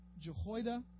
Jehoiada